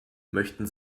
möchten